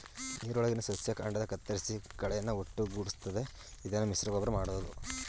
ನೀರೊಳಗಿನ ಸಸ್ಯ ಕಾಂಡನ ಕತ್ತರಿಸಿ ಕಳೆನ ಒಟ್ಟುಗೂಡಿಸ್ತದೆ ಇದನ್ನು ಮಿಶ್ರಗೊಬ್ಬರ ಮಾಡ್ಬೋದು